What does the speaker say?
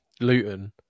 Luton